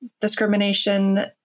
discrimination